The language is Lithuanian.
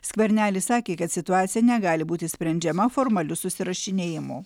skvernelis sakė kad situacija negali būti sprendžiama formaliu susirašinėjimu